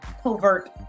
covert